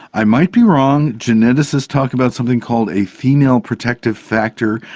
i might be wrong. geneticists talk about something called a female protective factor.